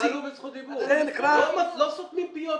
לא סותמים פיות כאן.